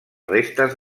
restes